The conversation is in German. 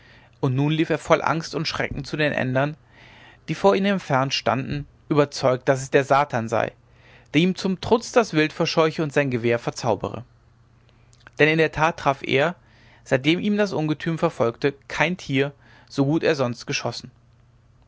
und nun lief er voll angst und schrecken zu den ändern die von ihm entfernt standen überzeugt daß es der satan sei der ihm zum trutz das wild verscheuche und sein gewehr verzaubere denn in der tat traf er seitdem ihn das ungetüm verfolgte kein tier so gut er sonst geschossen